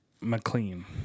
McLean